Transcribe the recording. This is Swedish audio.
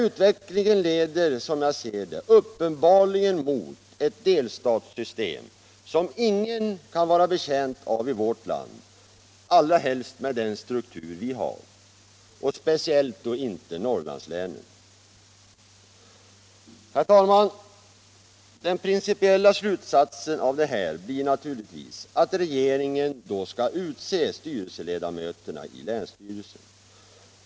Utvecklingen leder då, som jag ser det, uppenbarligen mot ett delstatssystem som ingen kan vara betjänt av i vårt land med den struktur vi har, speciellt inte Norrlandslänen. Herr talman! Den principiella slutsatsen av det här blir naturligtvis att regeringen skall utse styrelseledamöterna i länsstyrelsen.